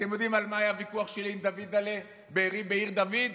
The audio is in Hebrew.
אתם יודעים על מה היה הוויכוח שלי עם דוידל'ה בארי בעיר דוד?